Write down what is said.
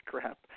crap